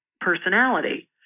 personality